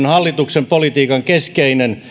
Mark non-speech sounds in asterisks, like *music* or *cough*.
*unintelligible* hallituksen politiikan keskeinen *unintelligible*